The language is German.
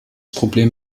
problem